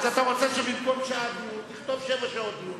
אז אתה רוצה שבמקום דיון של שעה נכתוב שבע שעות דיון.